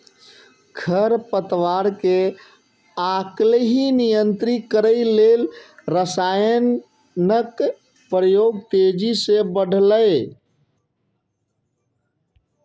खरपतवार कें आइकाल्हि नियंत्रित करै लेल रसायनक प्रयोग तेजी सं बढ़लैए